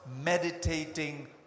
meditating